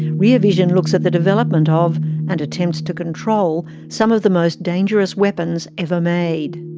rear vision looks at the development of and attempts to control some of the most dangerous weapons ever made.